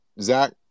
Zach